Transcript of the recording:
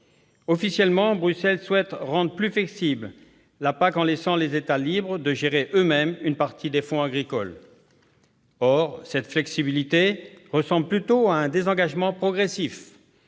Officiellement, Bruxelles souhaite rendre la PAC plus flexible en laissant les États libres de gérer eux-mêmes une partie des fonds agricoles. Or cette flexibilité ressemble plutôt à un désengagement progressif